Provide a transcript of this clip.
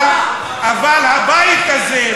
אבל הבית הזה,